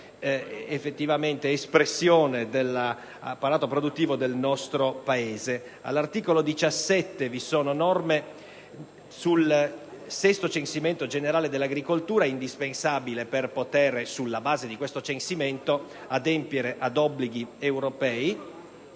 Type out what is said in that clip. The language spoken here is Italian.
davvero espressione dell'apparato produttivo del nostro Paese. All'articolo 17 sono contenute norme sul sesto Censimento generale dell'agricoltura, indispensabile per poter, sulla base dello stesso, adempiere ad obblighi europei.